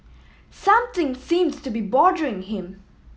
something seems to be bothering him